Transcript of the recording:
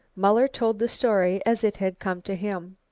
muller told the story as it had come to him.